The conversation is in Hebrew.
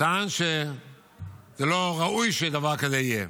טען שלא ראוי שדבר כזה יהיה.